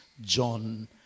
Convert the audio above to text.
John